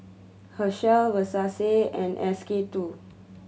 Herschel Versace and S K Two